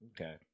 Okay